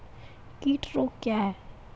कीट रोग क्या है?